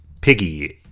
Piggy